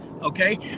Okay